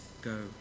go